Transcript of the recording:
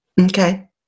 Okay